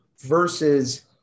versus